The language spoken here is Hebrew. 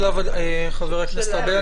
חבר הכנסת ארבל,